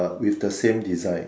with the same design